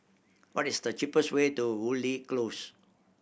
what is the cheapest way to Woodleigh Close